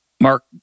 Mark